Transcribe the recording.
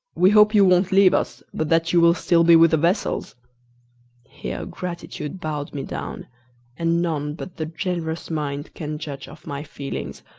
we hope you won't leave us, but that you will still be with the vessels here gratitude bowed me down and none but the generous mind can judge of my feelings,